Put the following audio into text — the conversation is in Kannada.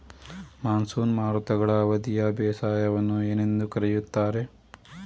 ಮಾನ್ಸೂನ್ ಮಾರುತಗಳ ಅವಧಿಯ ಬೇಸಾಯವನ್ನು ಏನೆಂದು ಕರೆಯುತ್ತಾರೆ?